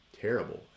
terrible